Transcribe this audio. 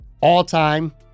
all-time